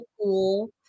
cool